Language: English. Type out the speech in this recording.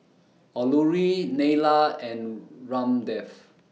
Alluri Neila and Ramdev